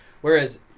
Whereas